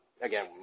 Again